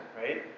right